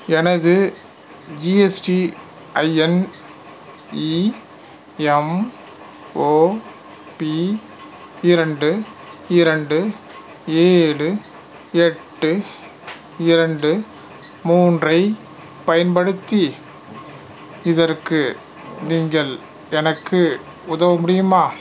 எனது GST IN EMOP இரண்டு இரண்டு ஏழு எட்டு இரண்டு மூன்றைப் பயன்படுத்தி இதற்கு நீங்கள் எனக்கு உதவ முடியுமா